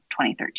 2013